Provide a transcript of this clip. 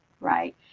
right